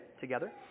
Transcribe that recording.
together